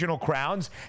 crowns